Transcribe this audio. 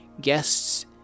guests